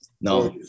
No